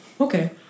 Okay